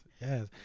yes